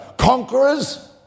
Conquerors